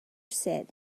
said